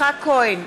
יצחק כהן,